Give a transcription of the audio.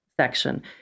section